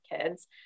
kids